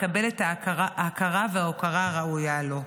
מקבל את ההכרה וההוקרה הראויה לו.